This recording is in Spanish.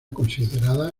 considerada